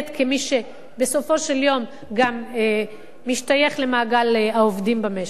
כמי שבסופו של יום גם משתייך למעגל העובדים במשק.